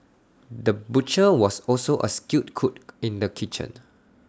the butcher was also A skilled cook in the kitchen